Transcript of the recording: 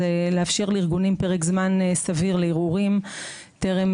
זה לאפשר לארגונים פרק זמן סביר לערעורים טרם